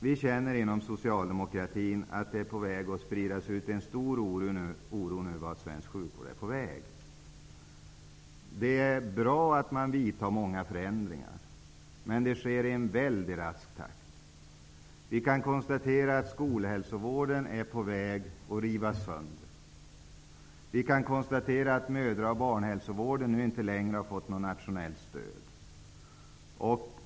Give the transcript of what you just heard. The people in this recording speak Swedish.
Vi känner inom socialdemokratin att en stor oro över vart svensk sjukvård är på väg håller på att spridas. Det är bra att man genomför många förändringar, men det sker i litet för rask takt. Vi kan konstatera att skolhälsovården är på väg att rivas sönder och att mödra och barnhälsovården inte längre har fått något nationellt stöd.